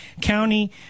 county